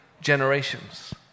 generations